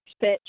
pitch